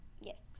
yes